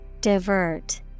Divert